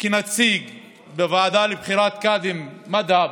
כאן בכנסת כנציג בוועדה לבחירת קאדים מד'הב,